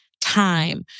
time